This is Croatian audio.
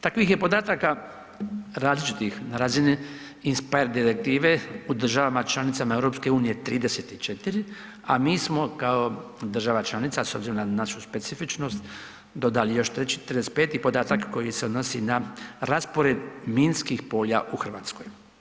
Takvih je podataka različitih na razini Inspire direktive u državama članicama EU 34, a mi smo kao država članica, s obzirom na našu specifičnost dodali još 35 podatak koji se odnosi na raspored minskih polja u Hrvatskoj.